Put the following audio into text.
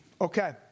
Okay